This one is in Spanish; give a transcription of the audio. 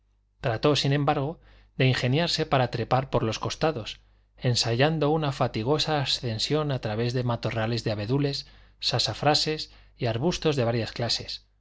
trató sin embargo de ingeniarse para trepar por los costados ensayando una fatigosa ascensión a través de matorrales de abedules sasafrases y arbustos de varias clases